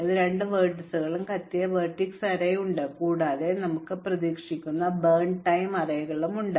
അതിനാൽ ഈ രണ്ട് വെർട്ടീസുകളും കത്തിയ വെർട്ടെക്സ് അറേ ഉണ്ട് കൂടാതെ ഞങ്ങൾക്ക് പ്രതീക്ഷിക്കുന്ന ബേൺ ടൈം അറേകളുമുണ്ട്